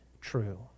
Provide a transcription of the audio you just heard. true